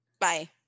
Bye